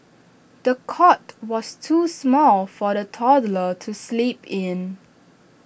the cot was too small for the toddler to sleep in